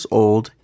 old